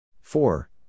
Four